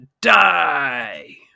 die